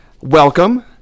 Welcome